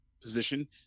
position